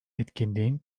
etkinliğin